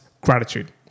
gratitude